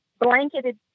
blanketed